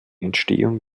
entstehung